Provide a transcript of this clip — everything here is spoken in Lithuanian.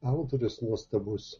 autorius nuostabus